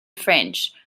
french